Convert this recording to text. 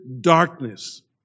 darkness